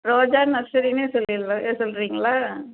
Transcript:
ரோஜா நர்ஸரின்னே சொல்லிடவா சொல்கிறீங்களா